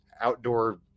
outdoor